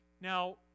Now